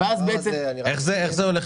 איך זה הולך?